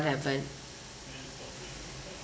happen